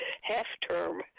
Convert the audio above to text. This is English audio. half-term